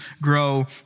grow